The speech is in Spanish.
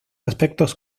aspectos